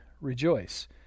rejoice